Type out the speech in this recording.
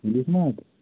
ইলিশ মাছ